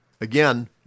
Again